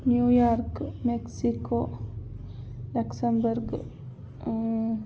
New York Mexico Luxembourg